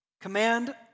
Command